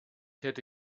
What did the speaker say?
hätte